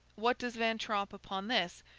what does van tromp upon this,